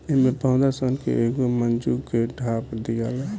एमे पौधा सन के एगो मूंज से ढाप दियाला